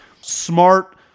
Smart